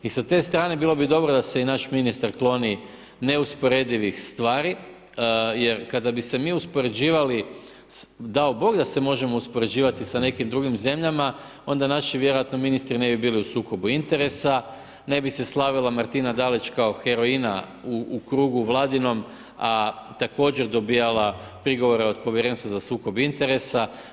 I sa te strana bilo bi dobro da se naš ministar kloni neusporedivih stvari, jer kada bi se mi uspoređivali, dao Bog da se možemo uspoređivati sa nekim drugim zemljama, onda naši vjerojatno ministri bili ne bi bili u sukobu interesa, ne bi se slavila Martina Dalić kao heroina u krugu vladinom, a također dobivala prigovore od povjerenstva za sukob interesa.